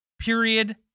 Period